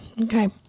Okay